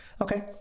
okay